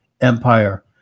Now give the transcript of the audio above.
empire